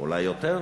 אולי יותר,